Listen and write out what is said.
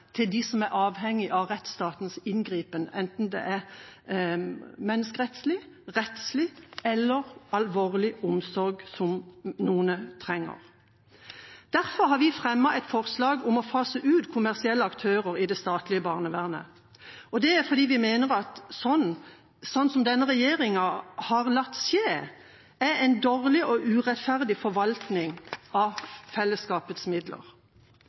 til dem som er avhengige av rettsstatens inngripen, enten det er menneskerettslig, rettslig eller alvorlig omsorg som noen trenger. Derfor har vi fremmet et forslag om å fase ut kommersielle aktører i det statlige barnevernet, og det er fordi vi mener at det denne regjeringen har latt skje, er en dårlig og urettferdig forvaltning av fellesskapets midler.